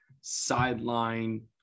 sideline